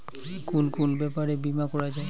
কুন কুন ব্যাপারে বীমা করা যায়?